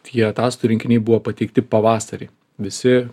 tie ataskaitų rinkiniai buvo pateikti pavasarį visi